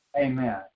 Amen